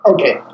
Okay